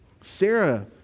Sarah